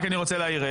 אני רק רוצה להעיר,